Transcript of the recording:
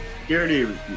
Security